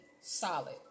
solid